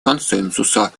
консенсуса